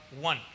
one